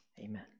Amen